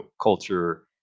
culture